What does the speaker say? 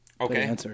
Okay